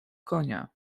konia